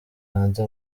hanze